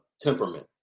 temperament